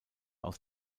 aus